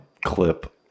clip